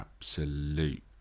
absolute